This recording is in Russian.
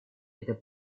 это